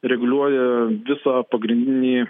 reguliuoja visą pagrindinį